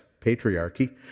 patriarchy